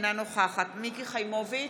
אינה נוכחת מיקי חיימוביץ'